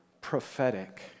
prophetic